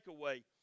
takeaway